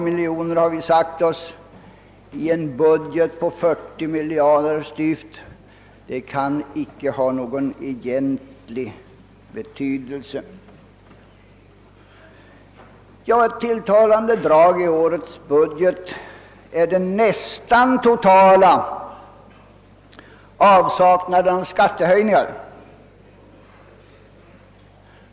Vi har sagt oss, att i en budget på styvt 40 miljarder kan några tiotal miljoner inte ha någon egentlig betydelse. Ett tilltalande drag i årets budget är den nästan totala avsaknaden av skattehöjningar.